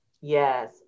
Yes